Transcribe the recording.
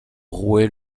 rouet